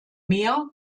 mehr